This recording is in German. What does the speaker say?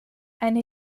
eine